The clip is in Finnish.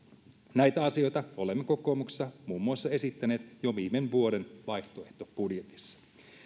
näitä asioita olemme kokoomuksessa esittäneet muun muassa jo viime vuoden vaihtoehtobudjetissa